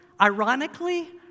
Ironically